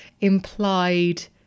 implied